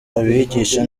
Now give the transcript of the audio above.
abigisha